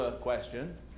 question